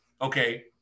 okay